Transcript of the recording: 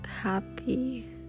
happy